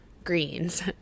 greens